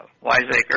wiseacre